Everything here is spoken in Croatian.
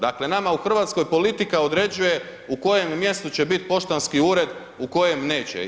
Dakle nama u Hrvatskoj politika određuje u kojem mjestu će biti poštanski ured, u kojem neće.